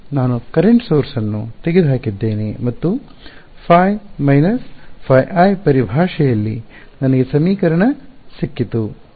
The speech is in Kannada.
ನಾನು ಕರೆಂಟ್ ಸೊರ್ಸ್ ನ್ನು ತೆಗೆದುಹಾಕಿದ್ದೇನೆ ಮತ್ತು ϕ − ϕi ಪರಿಭಾಷೆಯಲ್ಲಿ ನನಗೆ ಸಮೀಕರಣ ಸಿಕ್ಕಿತು